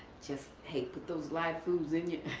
just hey put those live foods in you,